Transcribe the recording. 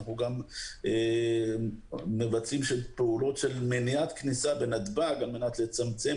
אנחנו מבצעים פעולות של מניעת כניסה בנתב"ג על מנת לצמצם